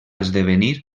esdevenir